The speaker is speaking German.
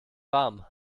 warm